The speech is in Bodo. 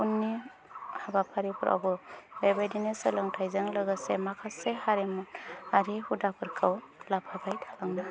उननि हाबाफारिफोरावबो बेबायदिनो सोलोंथाइजों लोगोसे माखासे हारिमुवारि हुदाफोरखौ लाफाबाय थालांनो हागोन